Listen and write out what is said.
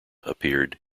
appeared